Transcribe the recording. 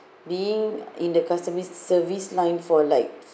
being in the customer service line for like